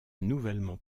nouvellement